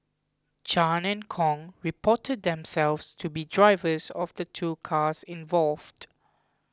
Chan and Kong reported themselves to be drivers of the two cars involved